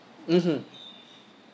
mmhmm